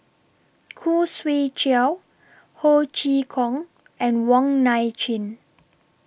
Khoo Swee Chiow Ho Chee Kong and Wong Nai Chin